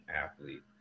athlete